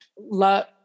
love